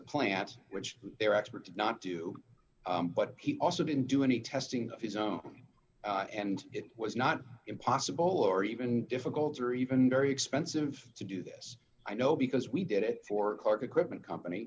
plants which they're experts not do but he also didn't do any testing of his own and it was not impossible or even difficult or even very expensive to do this i know because we did it for clarke equipment company